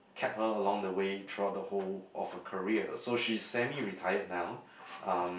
kept her along the way throughout the whole of her career so she's semi retired now um